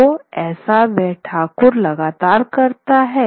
तो ऐसा वह ठाकुर लगातार करता है